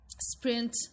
sprint